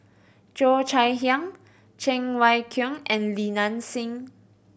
Cheo Chai Hiang Cheng Wai Keung and Li Nanxing